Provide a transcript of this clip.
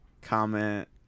Comment